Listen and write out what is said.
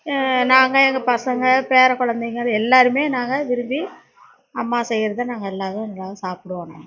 நாங்கள் எங்கள் பசங்கள் பேரக்குழந்தைங்க எல்லோருமே நாங்கள் விரும்பி அம்மா செய்றதை நாங்கள் எல்லோரும் நல்லாதான் சாப்பிடுவோம்